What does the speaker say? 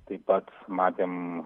taip pat matėm